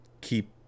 keep